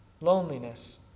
loneliness